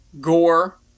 gore